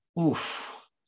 Oof